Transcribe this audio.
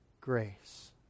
grace